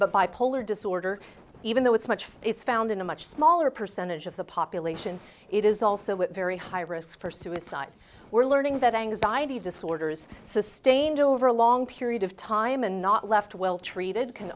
but bipolar disorder even though it's much is found in a much smaller percentage of the population it is also a very high risk for suicide we're learning that anxiety disorders sustained over a long period of time and not left well treated can